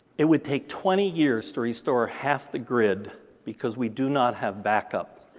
it would take twenty years to restore half the grid because we do not have back-up.